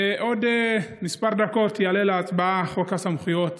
בעוד כמה דקות יעלה להצבעה חוק הסמכויות.